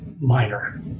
minor